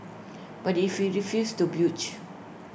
but if you refused to